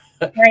Right